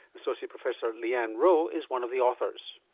associate professor leanne rowe is one of the authors.